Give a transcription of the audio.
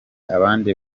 abandi